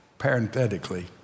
parenthetically